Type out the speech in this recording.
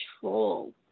control